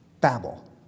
Babel